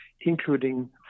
including